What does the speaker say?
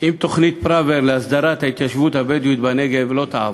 אם תוכנית פראוור להסדרת ההתיישבות הבדואית בנגב לא תעבור,